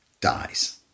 dies